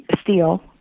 steel